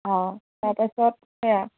অঁ তাৰপাছত সেয়া